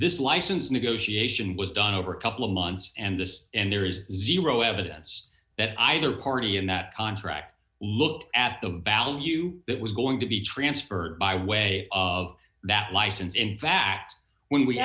this license negotiation was done over a couple of months and this and there is zero evidence that either party in that contract looked at the value that was going to be transferred by way of that license in fact when we